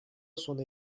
sona